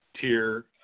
tier